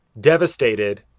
devastated